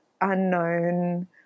unknown